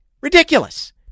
Ridiculous